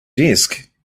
desk